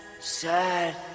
sad